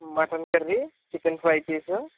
mutton curry chicken fry piece